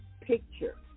picture